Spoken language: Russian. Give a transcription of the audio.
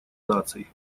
наций